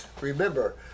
Remember